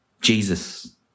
Jesus